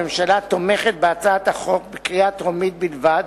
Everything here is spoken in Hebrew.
הממשלה תומכת בהצעת החוק בקריאה טרומית בלבד,